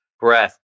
breath